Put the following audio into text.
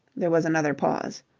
there was another pause.